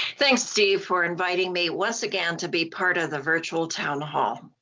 thanks steve for inviting me once again to be part of the virtual town hall.